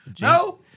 No